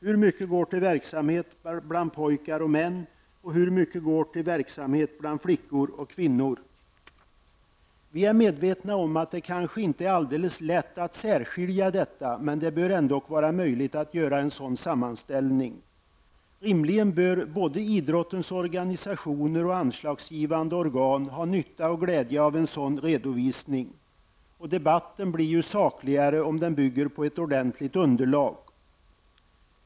Hur mycket går till verksamhet bland pojkar och män, och hur mycket går till verksamhet bland flickor och kvinnor? Vi är medvetna om att det kanske inte är alldeles lätt att särskilja detta, men det bör ändå vara möjligt att göra en sådan sammanställning. Rimligen bör både idrottens organisationer och anslagsgivande organ ha nytta och glädje av en sådan redovisning. Debatten blir sakligare om den bygger på ett ordentligt underlag.